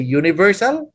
universal